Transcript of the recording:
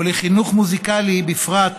ולחינוך מוזיקלי בפרט,